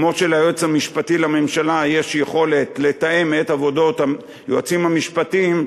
כמו שליועץ המשפטי לממשלה יש יכולת לתאם את עבודות היועצים המשפטיים,